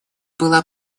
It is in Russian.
была